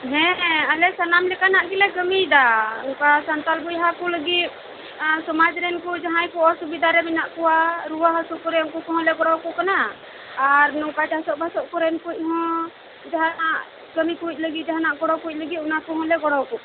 ᱦᱮᱸ ᱟᱞᱮ ᱥᱟᱱᱟᱢ ᱞᱮᱠᱟᱱᱟᱜ ᱜᱮᱞᱮ ᱠᱟᱹᱢᱤᱭᱮᱫᱟ ᱥᱟᱱᱛᱟᱲ ᱵᱚᱭᱦᱟ ᱠᱚ ᱞᱟᱹᱜᱤᱫ ᱥᱚᱢᱟᱡᱽ ᱨᱮᱱ ᱠᱚ ᱡᱟᱦᱟᱸᱭ ᱠᱚ ᱚᱥᱩᱵᱤᱫᱷᱟᱨᱮ ᱢᱮᱱᱟᱜ ᱠᱚᱣᱟ ᱨᱩᱣᱟᱹ ᱦᱟᱹᱥᱩ ᱠᱚᱨᱮ ᱩᱱᱠᱩ ᱦᱚᱞᱮ ᱜᱚᱲᱚ ᱟᱠᱚ ᱠᱟᱱᱟ ᱟᱨ ᱱᱚᱝᱠᱟ ᱪᱟᱥᱚᱜ ᱵᱟᱥᱚᱜ ᱠᱚᱨᱮᱦᱚᱸ ᱡᱟᱦᱟᱱᱟᱜ ᱠᱟᱹᱢᱤ ᱠᱚ ᱞᱟᱹᱜᱤᱫ ᱡᱟᱦᱟᱱᱟᱜ ᱜᱚᱲᱚ ᱠᱚ ᱞᱟᱹᱜᱤᱫ ᱚᱱᱟ ᱠᱚᱦᱚᱸᱞᱮ ᱜᱚᱲᱚ ᱟᱠᱚ ᱠᱟᱱᱟ